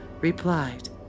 replied